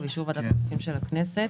ובאישור ועדת הכספים של הכנסת,